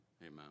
Amen